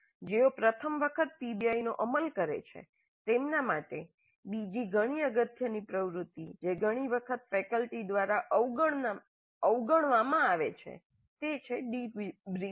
જેઓ પ્રથમ વખત પીબીઆઈનો અમલ કરે છે તેમના માટે બીજી ઘણી અગત્યની પ્રવૃત્તિ જે ઘણી વખત ફેકલ્ટી દ્વારા અવગણવામાં આવે છે તે છે ડિબ્રીફિંગ